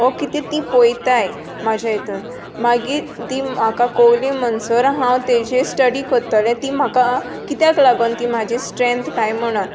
ओर कितें ती पळयतात म्हजे हातून मागीर ती म्हाका कसली म्हणसर आसा ताजेर स्टडी करतले तीं म्हाका कित्याक लागून ती म्हजी स्थ्रँथ कांय म्हणून